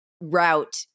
route